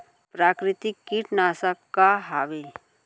प्राकृतिक कीटनाशक का हवे?